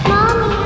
Mommy